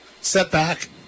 setback